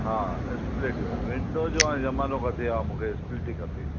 हा split window जो हाणे ज़मानो काथे आहे मूखे स्प्लिट ई खपे